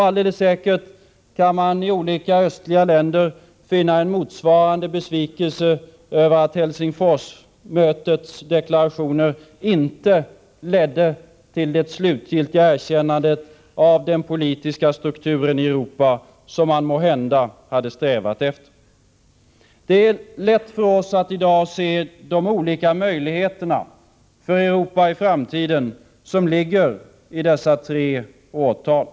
Alldeles säkert kan man i olika östliga länder finna en motsvarande besvikelse över att Helsingforsmötets deklarationer inte ledde till det slutgiltiga erkännandet av den politiska strukturen i Europa som man måhända hade strävat efter. Det är lätt för oss att i dag se de olika möjligheter för Europa i framtiden som ligger i dessa tre årtal.